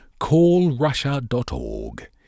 CallRussia.org